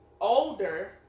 older